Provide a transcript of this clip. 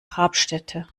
grabstätte